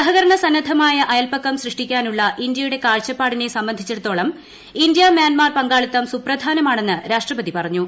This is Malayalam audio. സഹകരണ സന്നദ്ധമായ അയൽപക്കം സൃഷ്ടിക്കാനുള്ള ഇന്ത്യയുടെ കാഴ്ചപ്പാടിനെ സംബന്ധിച്ചിടത്തോളം ഇന്ത്യ മ്യാൻമാർ പങ്കാളിത്തം സുപ്രധാനമാണെന്ന് രാഷ്ട്രപതി പറഞ്ഞു